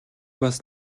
бас